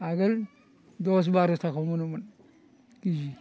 आगोल दस बार' थाखायावनो मोनोमोन के जि